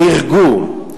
נהרגו,